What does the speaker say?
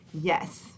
Yes